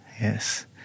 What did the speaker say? Yes